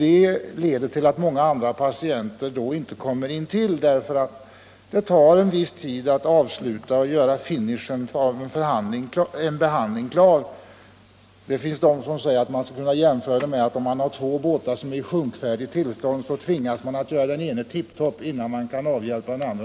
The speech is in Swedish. Detta leder till att många andra patienter inte får hjälp, eftersom det tar en viss tid att avsluta en behandling. Man skulle kunna göra den jämförelsen att om man har två båtar som är i sjunkfärdigt tillstånd, tvingas man göra den ena båten tiptop, innan man kan ägna sig åt den andra.